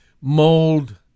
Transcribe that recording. mold